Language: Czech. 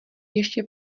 ještě